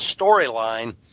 storyline